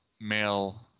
male